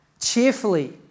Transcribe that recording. Cheerfully